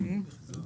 בסדר.